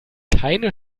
keine